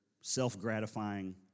self-gratifying